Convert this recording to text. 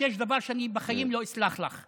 יש דבר שאני בחיים לא אסלח לך.